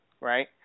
right